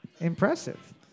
Impressive